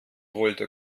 wollte